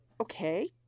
okay